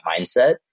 mindset